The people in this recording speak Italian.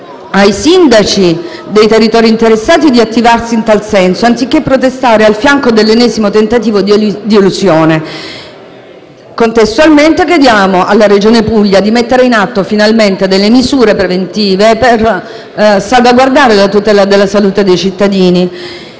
ai sindaci dei territori interessati di attivarsi in tal senso, anziché protestare al fianco dell'ennesimo tentativo di elusione; contestualmente, chiediamo alla Regione Puglia di mettere in atto finalmente delle misure preventive per salvaguardare la tutela della salute dei cittadini.